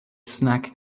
snack